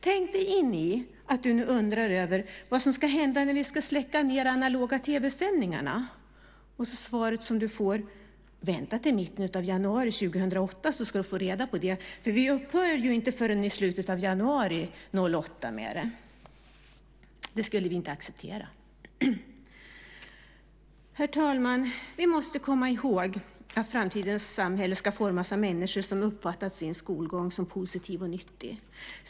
Tänk dig in i att du undrar vad som ska hända när vi ska släcka ned de analoga tv-sändningarna och du får svaret: Vänta till mitten av januari 2008 så ska du få reda på det. Vi upphör ju inte med dem förrän i slutet av januari 2008. Det skulle vi inte acceptera. Herr talman! Vi måste komma ihåg att framtidens samhälle ska formas av människor som uppfattat sin skolgång som positiv och nyttig.